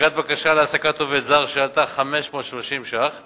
אגרת בקשה להעסקת עובד זר שעלתה 530 שקלים